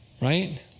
Right